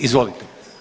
Izvolite.